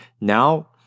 Now